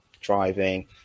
driving